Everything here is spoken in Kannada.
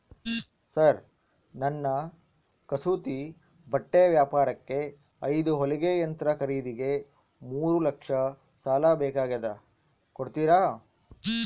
ಸರ್ ನನ್ನ ಕಸೂತಿ ಬಟ್ಟೆ ವ್ಯಾಪಾರಕ್ಕೆ ಐದು ಹೊಲಿಗೆ ಯಂತ್ರ ಖರೇದಿಗೆ ಮೂರು ಲಕ್ಷ ಸಾಲ ಬೇಕಾಗ್ಯದ ಕೊಡುತ್ತೇರಾ?